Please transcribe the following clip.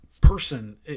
person